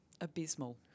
abysmal